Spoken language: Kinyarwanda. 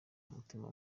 mutima